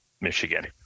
Michigan